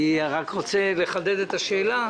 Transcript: אני רק רוצה לחדד את השאלה.